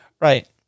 right